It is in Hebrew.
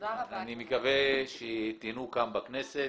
אני מקווה שתהינו כאן בכנסת.